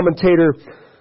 commentator